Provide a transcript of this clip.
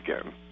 again